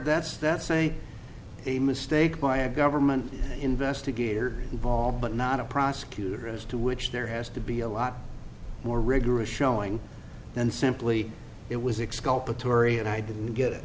that's that's a a mistake by a government investigator involved but not a prosecutor as to which there has to be a lot more rigorous showing than simply it was exculpatory and i didn't get